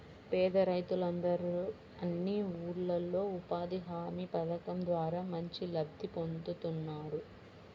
పేద రైతులందరూ అన్ని ఊర్లల్లో ఉపాధి హామీ పథకం ద్వారా మంచి లబ్ధి పొందుతున్నారు